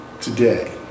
today